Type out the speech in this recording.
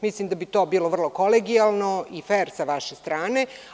Mislim da bi to bilo vrlo kolegijalno i fer sa vaše strane.